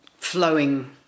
flowing